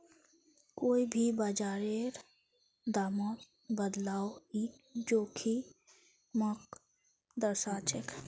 कोई भी बाजारेर दामत बदलाव ई जोखिमक दर्शाछेक